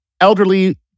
elderly